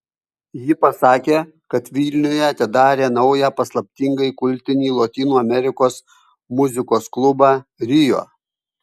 ji pasakė kad vilniuje atidarė naują paslaptingai kultinį lotynų amerikos muzikos klubą rio